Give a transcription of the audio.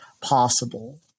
possible